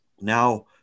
now